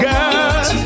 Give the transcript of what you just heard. Girl